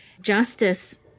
Justice